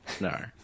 No